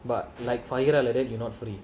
but like fahira like that you not free